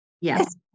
Yes